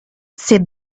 said